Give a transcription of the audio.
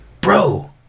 bro